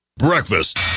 breakfast